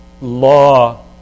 law